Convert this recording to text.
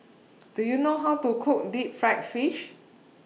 Do YOU know How to Cook Deep Fried Fish